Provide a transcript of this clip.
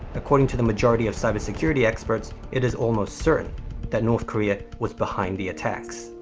according to the majority of cybersecurity experts, it is almost certain that north korea was behind the attacks.